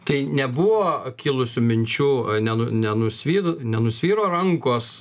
tai nebuvo kilusių minčių nenu nenusvy nenusviro rankos